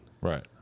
Right